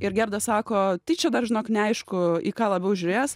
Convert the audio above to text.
ir gerda sako tyčia dar žinok neaišku į ką labiau žiūrės